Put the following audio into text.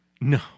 No